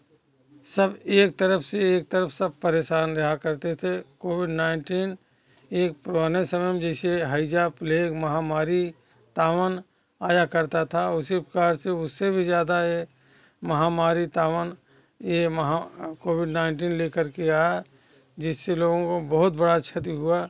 सब एक तरफ़ से एक तरफ़ सब परेशान रहा करते थे कोविड नाइनटीन एक पुराने समय में जैसे हैजा प्लेग महामारी तावन आया करता था उसी प्रकार से उससे भी ज़्यादा यह महामारी तावन यह महा कोविड नाइन्टीन लेकर आया जिससे लोगों को बहुत बड़ा क्षति हुआ